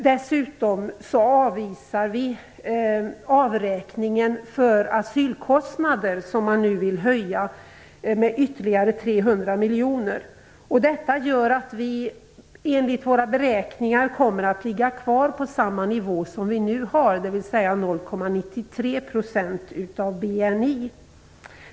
Dessutom avvisar vi avräkningen för asylkostnader som man nu vill höja med ytterligare 300 miljoner. Detta gör att vi, enligt våra beräkningar, kommer att ligga kvar på nuvarande nivå, dvs. 0,93 % av BNI.